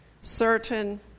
certain